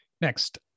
Next